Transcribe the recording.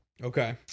Okay